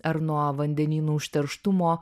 ar nuo vandenynų užterštumo